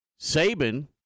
Saban